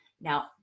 Now